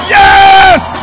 yes